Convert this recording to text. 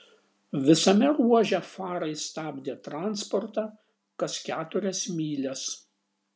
visame ruože farai stabdė transportą kas keturias mylias